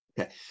Okay